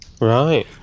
right